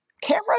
camera